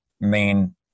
main